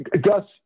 gus